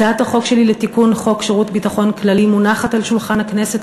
הצעת החוק שלי לתיקון חוק שירות ביטחון כללי מונחת על שולחן הכנסת,